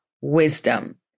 wisdom